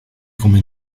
come